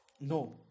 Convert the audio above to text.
no